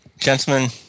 Gentlemen